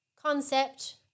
concept